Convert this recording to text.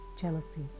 jealousy